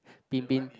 pin pin